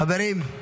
חברים,